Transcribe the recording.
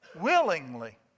Willingly